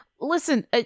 Listen